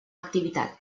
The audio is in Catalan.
activitat